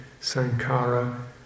sankara